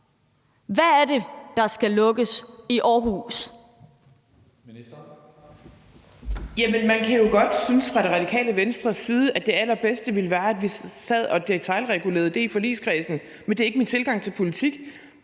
(Christina Egelund): Jamen man kan jo godt fra Radikale Venstres side synes, at det allerbedste ville være, at vi sad og detailregulerede det i forligskredsen, men det er ikke min tilgang til politik.